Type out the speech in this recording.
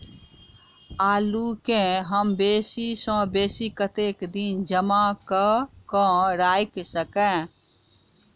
आलु केँ हम बेसी सऽ बेसी कतेक दिन जमा कऽ क राइख सकय